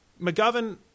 McGovern